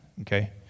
okay